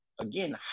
Again